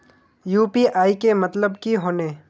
UPI के मतलब की होने?